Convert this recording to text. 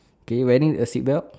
okay wearing a seatbelt